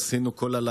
לא עשינו די.